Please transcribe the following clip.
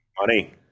money